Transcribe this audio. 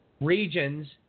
regions